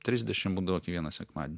trisdešim būdavo kiekvieną sekmadienį